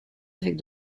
avec